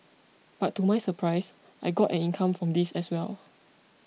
but to my surprise I got an income from this as well